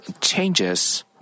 changes